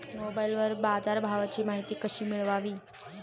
मोबाइलवर बाजारभावाची माहिती कशी मिळवावी?